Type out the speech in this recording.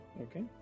Okay